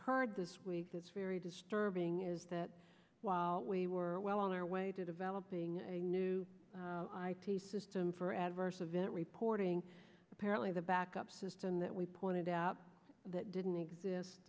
heard this week that's very disturbing is that while we were well on their way to developing a new system for adverse event reporting apparently the backup system that we pointed out that didn't exist